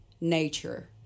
nature